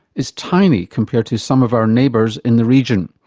is tiny compared to some of our neighbours in the region.